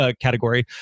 Category